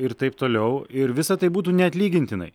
ir taip toliau ir visa tai būtų neatlygintinai